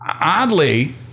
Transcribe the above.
Oddly